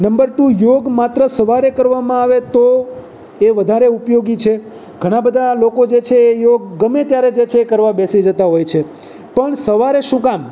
number two યોગ માત્ર સવારે કરવામાં આવે તો એ વધારે ઉપયોગી છે ઘણાં બધાં લોકો જે છે એ યોગ ગમે ત્યારે જે છે કરવા બેસી જતાં હોય છે પણ સવારે શું કામ